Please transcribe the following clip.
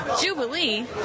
Jubilee